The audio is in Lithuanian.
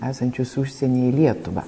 esančius užsieny į lietuvą